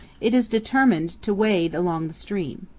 it is determined to wade along the stream.